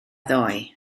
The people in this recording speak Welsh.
ddoe